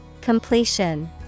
Completion